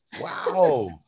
Wow